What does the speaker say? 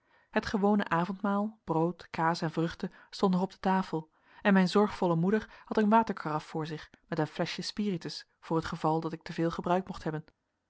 het gewone avondmaal brood kaas en vruchten stond nog op de tafel en mijn zorgvolle moeder had een waterkaraf voor zich met een fleschje spiritus voor het geval dat ik te veel gebruikt mocht hebben